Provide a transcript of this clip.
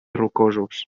rocosos